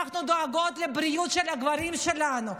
אנחנו דואגות לבריאות של הגברים שלנו,